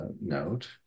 note